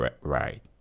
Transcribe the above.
right